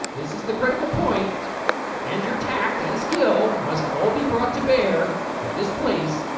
this is the critical point and your tact and skill must all be brought to bear at this place.